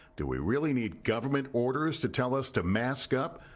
do we really need government orders to tell us to mask up,